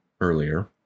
earlier